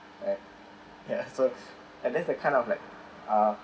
and ya so and then that's kind of like uh